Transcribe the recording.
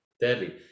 Deadly